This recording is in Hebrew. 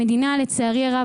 המדינה לצערי הרב,